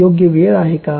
ही योग्य वेळ आहे का